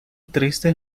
triste